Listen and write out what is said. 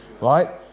right